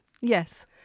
Yes